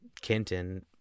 Kenton